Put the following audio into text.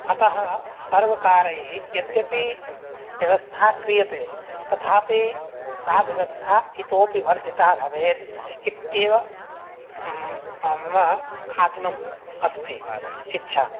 अतः सर्वकारैः यद्यपि व्यवस्था क्रियते तथापि सा व्यवस्था इतोऽपि वर्धिता भवेत् इत्येव म् मम आद्मम् अस्ति इच्छा